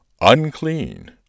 Unclean